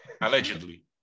Allegedly